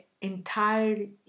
entire